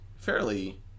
Fairly –